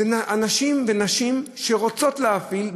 אלה נשים שרוצות להפעיל,